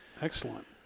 Excellent